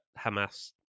Hamas